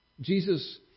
Jesus